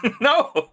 no